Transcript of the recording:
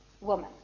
woman